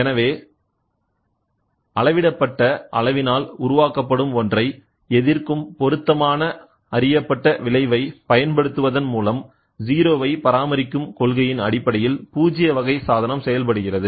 எனவே அளவிடப்பட்ட அளவினால் உருவாக்கப்படும் ஒன்றை எதிர்க்கும் பொருத்தமான அறியப்பட்ட விளைவை பயன்படுத்துவதன் மூலம் 0 வை பராமரிக்கும் கொள்கையின் அடிப்படையில் பூஜ்ஜிய வகை சாதனம் செயல்படுகிறது